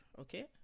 Okay